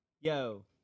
yo